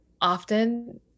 often